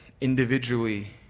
individually